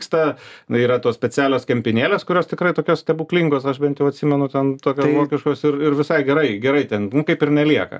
yra tos specialios kempinėlės kurios tikrai tokios stebuklingos aš bent jau atsimenu ten tokios vokiškos ir visai gerai ten kaip ir nelieka